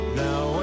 now